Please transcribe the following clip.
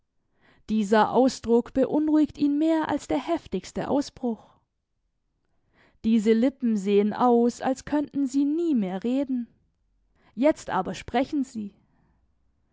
dieser ausdruck beunruhigt ihn mehr als der heftigste ausbruch diese lippen sehen aus als könnten sie nie mehr reden jetzt aber sprechen sie